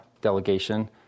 delegation